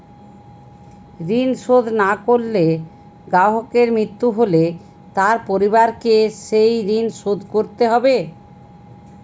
ঋণ শোধ না করে গ্রাহকের মৃত্যু হলে তার পরিবারকে সেই ঋণ শোধ করতে হবে?